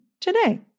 today